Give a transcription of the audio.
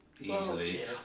easily